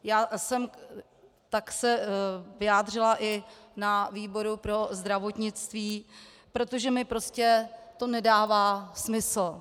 Já jsem se tak vyjádřila i na výboru pro zdravotnictví, protože mi to prostě nedává smysl.